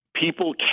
people